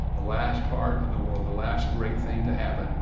the last part of the world, the last great thing to happen,